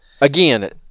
Again